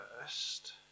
first